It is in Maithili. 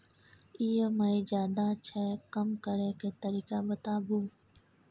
ई.एम.आई ज्यादा छै कम करै के तरीका बताबू?